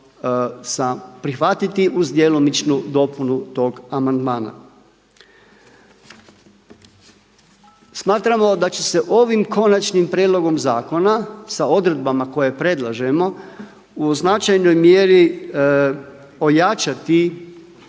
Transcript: prihvatiti uz djelomičnu dopunu tog amandmana. Smatramo da će se ovim konačnim prijedlogom zakona sa odredbama koje predlažemo u značajnoj mjeri ojačati